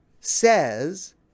says